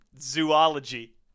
Zoology